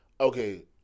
okay